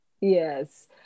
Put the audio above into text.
Yes